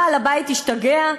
בעל הבית השתגע?